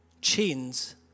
chains